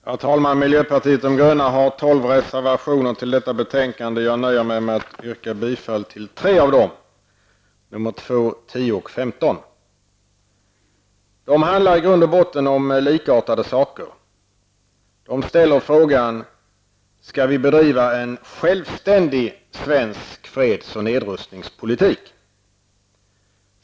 Herr talman! Miljöpartiet de gröna har tolv reservationer till detta betänkande. Jag nöjer mig med att yrka bifall till tre av dem, reservationerna 2, 10 och 15. De handlar i grund och botten om likartade saker. De ställer frågorna: Skall vi bedriva en självständig svensk freds och nedrustningspolitik?